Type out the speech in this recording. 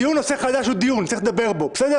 דיון על נושא חדש הוא דיון וצריך לדבר בו, בסדר?